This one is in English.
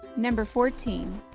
number fourteen.